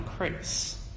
increase